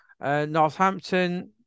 Northampton